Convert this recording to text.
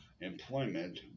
employment